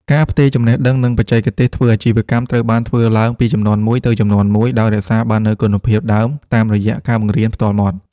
ការផ្ទេរចំណេះដឹង និងបច្ចេកទេសធ្វើអាជីវកម្មត្រូវបានធ្វើឡើងពីជំនាន់មួយទៅជំនាន់មួយ ដោយរក្សាបាននូវគុណភាពដើមតាមរយៈការបង្រៀនផ្ទាល់មាត់។